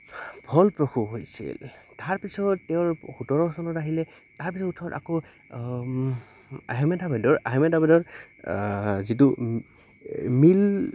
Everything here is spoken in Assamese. ফলপ্ৰসু হৈছিল তাৰপিছত তেওঁৰ সোতৰ চনত আহিলে তাৰপিছত ওঠৰত আকৌ আহমেদাবাদৰ আহমেদাবাদৰ যিটো মিল